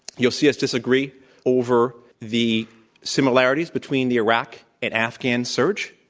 you will see us disagree over the similarities between the iraq and afghan surge.